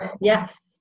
yes